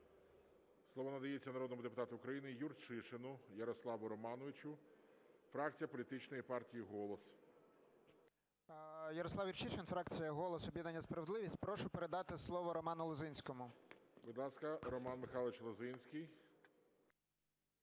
Слово надається народному депутату України Юрчишину Ярославу Романовичу, фракція політичної партії "Голос". 12:37:27 ЮРЧИШИН Я.Р. Ярослав Юрчишин, фракція "Голос", об'єднання "Справедливість". Прошу передати слово Роману Лозинському. ГОЛОВУЮЧИЙ. Будь ласка, Роман Михайлович Лозинський.